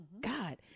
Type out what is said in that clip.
God